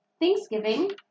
Thanksgiving